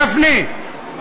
גפני,